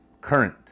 current